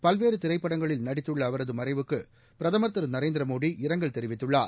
பல்வேறு திரைப்படங்களில் நடித்துள்ள அவரது மறைவுக்கு பிரதமர் திரு நரேந்திரமோடி இரங்கல் தெரிவித்துள்ளார்